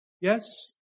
Yes